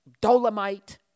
Dolomite